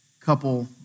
couple